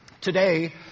Today